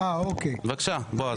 בבקשה, בועז.